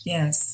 Yes